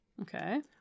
Okay